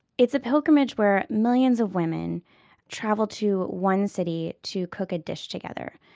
it's a pilgrimage where millions of women travel to one city to cook a dish together.